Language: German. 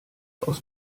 aus